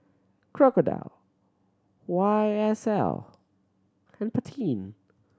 Crocodile Y S L Pantene